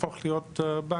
להפוך להיות בנק.